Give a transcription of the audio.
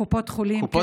לקופות חולים, כן.